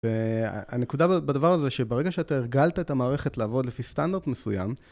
והנקודה בדבר הזה, שברגע שאתה הרגלת את המערכת לעבוד לפי סטנדרט מסוים,